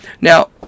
Now